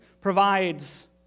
provides